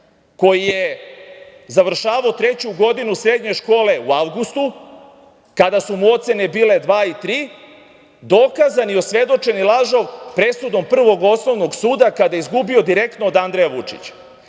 koji je završavao treću godinu srednje škole u avgustu, kada su mu ocene bile 2 i 3, dokazani i osvedočeni lažov presudom Prvog osnovnog suda, kada je izgubio direktno od Andreja Vučića. Ne